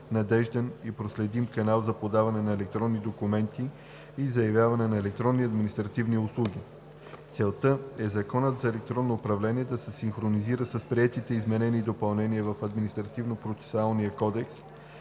надежден и проследим канал за подаване на електронни документи и заявяване на електронни административни услуги. Целта е Законът за електронното управление да се синхронизира с приетите изменения и допълнения в Административнопроцесуалния кодекс